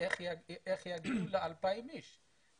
איך יגיעו ל-2,000 אנשים?